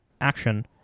action